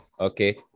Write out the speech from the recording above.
okay